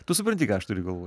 tu supranti ką aš turiu galvoj